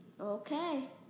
Okay